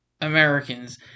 Americans